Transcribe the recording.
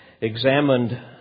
examined